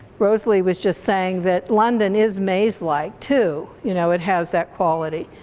rosalie was just saying that london is maze-like too, you know, it has that quality,